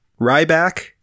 Ryback